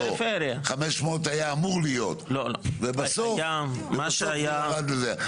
500 היה אמור להיות, ובסוף זה ירד לזה.